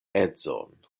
edzon